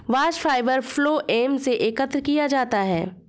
bast fibre phloem से एकत्र किया जाता है